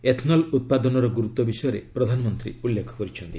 ethanol ଉତ୍ପାଦନର ଗୁରୁତ୍ୱ ବିଷୟରେ ପ୍ରଧାନମନ୍ତ୍ରୀ ଉଲ୍ଲେଖ କରିଛନ୍ତି